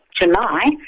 July